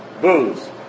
Booze